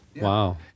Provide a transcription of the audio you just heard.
Wow